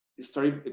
story